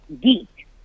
geek